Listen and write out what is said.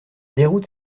déroute